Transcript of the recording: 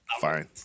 fine